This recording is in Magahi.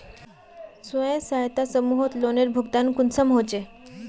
स्वयं सहायता समूहत लोनेर भुगतान कुंसम होचे?